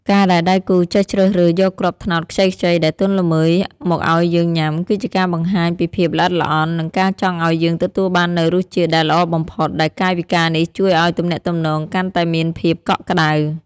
ការដែលដៃគូចេះជ្រើសរើសយកគ្រាប់ត្នោតខ្ចីៗដែលទន់ល្មើយមកឱ្យយើងញ៉ាំ គឺជាការបង្ហាញពីភាពល្អិតល្អន់ និងការចង់ឱ្យយើងទទួលបាននូវរសជាតិដែលល្អបំផុត ដែលកាយវិការនេះជួយឱ្យទំនាក់ទំនងកាន់តែមានភាពកក់ក្ដៅ។